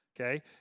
okay